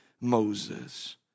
Moses